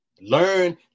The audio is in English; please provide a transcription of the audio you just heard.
learn